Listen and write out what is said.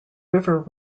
river